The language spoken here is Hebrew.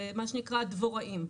מה שנקרא דבוראים,